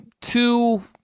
two